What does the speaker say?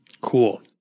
Cool